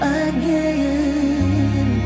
again